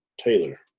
Taylor